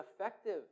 effective